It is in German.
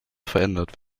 verändert